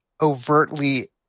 overtly